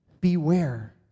Beware